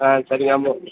ஆ சரிங்க நம்ம